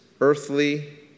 earthly